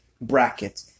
bracket